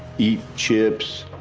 eat chips,